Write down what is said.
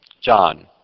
John